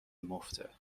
مفته